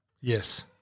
Yes